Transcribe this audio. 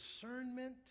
discernment